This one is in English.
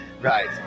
right